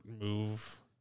move